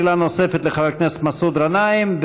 שאלה נוספת לחבר הכנסת מסעוד גנאים,